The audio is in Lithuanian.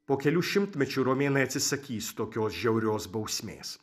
po kelių šimtmečių romėnai atsisakys tokios žiaurios bausmės